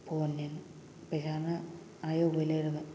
ꯐꯣꯟꯅꯦꯅ ꯄꯩꯁꯥꯅ ꯑꯥ ꯌꯧꯈꯩ ꯂꯩꯔꯒ